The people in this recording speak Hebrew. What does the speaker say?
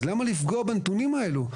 אז למה לפגוע בנתונים האלו?